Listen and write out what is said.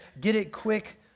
get-it-quick